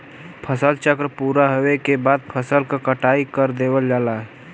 फसल चक्र पूरा होवे के बाद फसल क कटाई कर देवल जाला